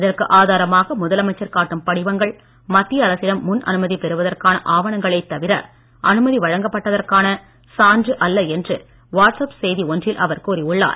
இதற்கு ஆதாரமாக முதலமைச்சர் காட்டும் படிவங்கள் மத்திய அரசிடம் முன்அனுமதி பெறுவதற்கான ஆவணங்களே தவிர அனுமதி வழங்கப்பட்டதற்கான சான்று அல்ல என்று வாட்ஸ்ஆப் செய்தி ஒன்றில் அவர் கூறியுள்ளார்